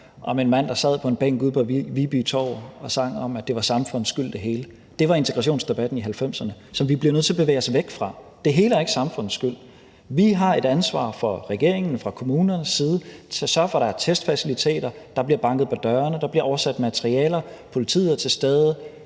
om en mand, der sad på en bænk ude på Viby Torv og sang om, at det hele var samfundets skyld. Det var integrationsdebatten i 1990'erne, som vi bliver nødt til at bevæge os væk fra. Det hele er ikke samfundets skyld. Vi har et ansvar fra regeringens side, fra kommunernes side til at sørge for, at der er testfaciliteter, at der bliver banket på dørene, at der bliver oversat materialer, at politiet er til stede,